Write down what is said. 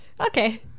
Okay